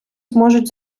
зможуть